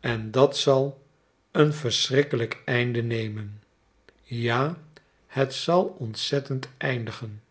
en dat zal een verschrikkelijk einde nemen ja het zal ontzettend eindigen